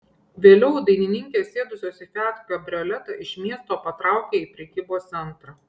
vėliau dainininkės sėdusios į fiat kabrioletą iš miesto patraukė į prekybos centrą